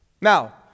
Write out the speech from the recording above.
Now